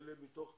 לאלה מתוך 2,000?